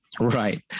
Right